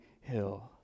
hill